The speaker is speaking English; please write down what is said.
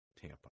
Tampa